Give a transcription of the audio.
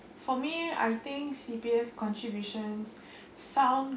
for me I think C_P_F contributions sound